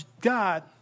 God